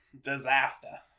Disaster